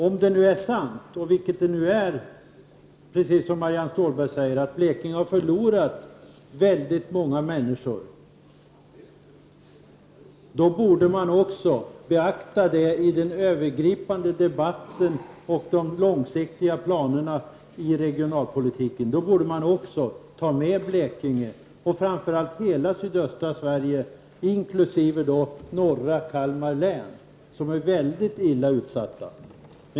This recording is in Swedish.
Om det nu är sant, som Marianne Stålberg säger, att Blekinge har förlorat väldigt många människor, borde det också beaktas i den övergripande debatten och de långsiktiga planerna i regionalpolitiken, och då borde Blekinge tas med, framför allt hela sydöstra Sverige, inkl. norra Kalmar län, som är mycket utsatt.